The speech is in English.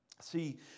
See